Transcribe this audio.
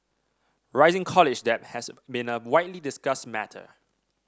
rising college debt has been a widely discussed matter